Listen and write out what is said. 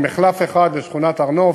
עם מחלף אחד לשכונת הר-נוף.